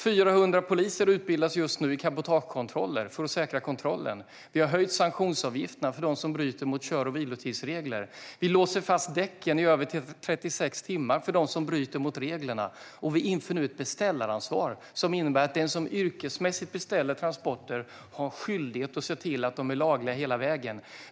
Just nu utbildas 400 poliser i cabotagekontroller för att säkra kontrollen. Vi har höjt sanktionsavgifterna för dem som bryter mot kör och vilotidsregler. Vi låser fast däcken i över 36 timmar för dem som bryter mot reglerna. Och vi inför nu ett beställaransvar som innebär att den som yrkesmässigt beställer transporter har en skyldighet att se till att de är lagliga hela vägen.